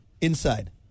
inside